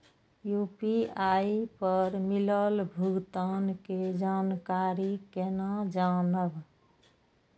UPI पर मिलल भुगतान के जानकारी केना जानब?